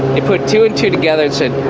they put two and two together and said,